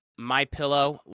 MyPillow